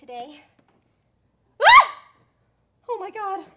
today oh my god